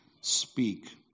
speak